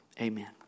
amen